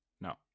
No